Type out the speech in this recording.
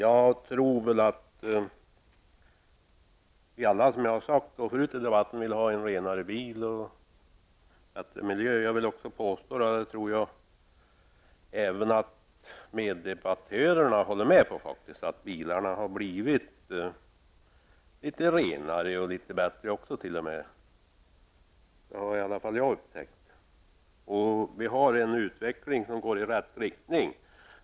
Herr talman! Jag tror att alla vill ha renare bilar och miljö. Jag vill nog påstå att meddebattörerna håller med om att bilarna har blivit litet renare och även litet bättre. Det har i alla fall jag upptäckt. Utvecklingen går i rätt riktning.